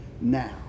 now